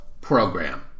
program